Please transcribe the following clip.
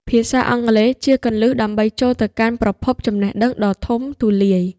ភាសាអង់គ្លេសជាគន្លឹះដើម្បីចូលទៅកាន់ប្រភពចំណេះដឹងដ៏ធំទូលាយ។